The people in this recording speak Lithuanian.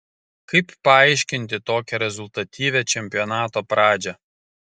kaip paaiškinti tokią rezultatyvią čempionato pradžią